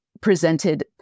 presented